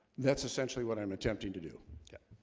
that's essentially what i'm attempting to do yeah,